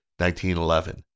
1911